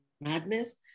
madness